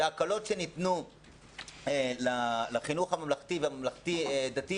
שההקלות שניתנו לחינוך הממלכתי והממלכתי-דתי